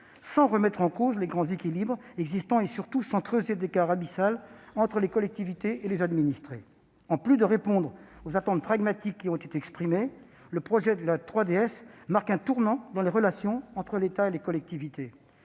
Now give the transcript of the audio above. sans remettre en cause les grands équilibres existants et surtout sans creuser d'écart abyssal entre les collectivités et les administrés. En plus de répondre aux attentes pragmatiques qui ont été exprimées, le projet de loi 3DS marque un tournant dans les relations entre l'État et les collectivités.